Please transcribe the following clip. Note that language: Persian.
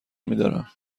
میدارم